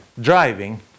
driving